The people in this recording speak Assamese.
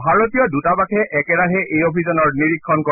ভাৰতীয় দৃতাবাসে একেৰাহে এই অভিযানৰ নিৰীক্ষণ কৰে